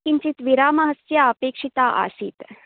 किञ्चित् विरामस्य अपेक्षिता आसीत्